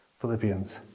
Philippians